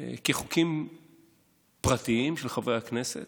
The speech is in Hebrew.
כחוקים פרטיים של חברי הכנסת,